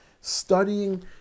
Studying